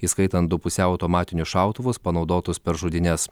įskaitant du pusiau automatinius šautuvus panaudotus per žudynes